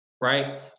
right